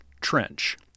Trench